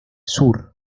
sur